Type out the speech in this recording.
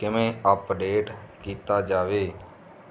ਕਿਵੇਂ ਅੱਪਡੇਟ ਕੀਤਾ ਜਾਵੇ